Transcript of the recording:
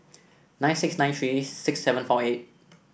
nine six nine three six seven four eight